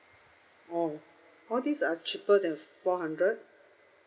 oh all this are cheaper than four hundred